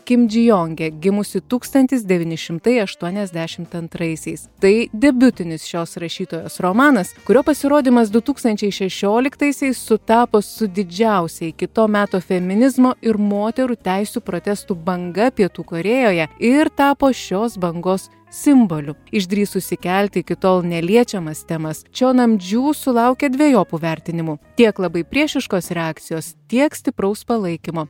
kimdžiujonge gimusi tūkstantis devyni šimtai aštuoniasdešimt antraisiais tai debiutinis šios rašytojos romanas kurio pasirodymas du tūkstančiai šešioliktaisiais sutapo su didžiausia iki to meto feminizmo ir moterų teisių protestų banga pietų korėjoje ir tapo šios bangos simboliu išdrįsusi kelti iki tol neliečiamas temas čio namdžiu sulaukė dvejopų vertinimų tiek labai priešiškos reakcijos tiek stipraus palaikymo